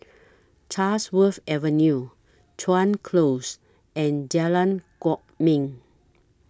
Chatsworth Avenue Chuan Close and Jalan Kwok Min